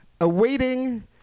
Awaiting